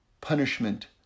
punishment